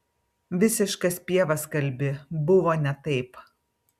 visiškas pievas kalbi buvo ne taip